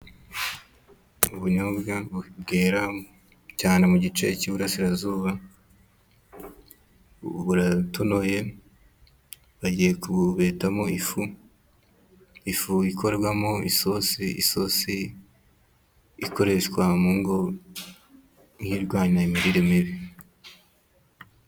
Ubunyobwa bwera cyane mu gice cy'iburasirazuba buratonoye bagiye kububetamo ifu, ifu ikorwamo isosi. Isosi ikoreshwa mu ngo nk'irwanya imirire mibi.